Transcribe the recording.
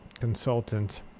consultant